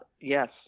Yes